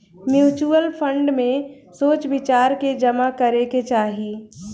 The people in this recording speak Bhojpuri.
म्यूच्यूअल फंड में सोच विचार के जामा करे के चाही